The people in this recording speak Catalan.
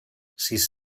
sis